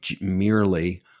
merely